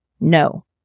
no